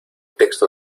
texto